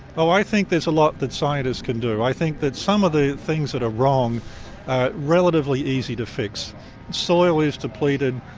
oh, i think there's a lot that scientists can do. i think that some of the things that are wrong are relatively easy to fix. if soil is depleted,